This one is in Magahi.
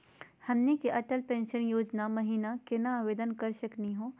हमनी के अटल पेंसन योजना महिना केना आवेदन करे सकनी हो?